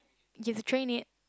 you have to train it